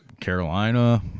Carolina